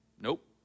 Nope